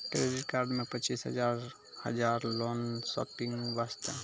Credit card मे पचीस हजार हजार लोन शॉपिंग वस्ते?